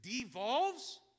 devolves